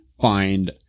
find